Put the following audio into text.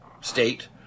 state